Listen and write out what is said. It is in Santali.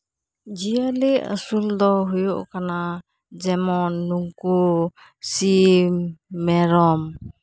ᱡᱤᱭᱟᱹᱞᱤ ᱟᱹᱥᱩᱞ ᱫᱚ ᱦᱩᱭᱩᱜ ᱠᱟᱱᱟ ᱡᱮᱢᱚᱱ ᱱᱩᱠᱩ ᱥᱤᱢ ᱢᱮᱨᱚᱢ